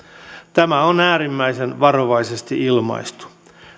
tämä on äärimmäisen varovaisesti ilmaistu